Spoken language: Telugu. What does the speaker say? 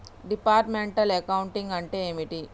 డిపార్ట్మెంటల్ అకౌంటింగ్ అంటే ఏమిటి?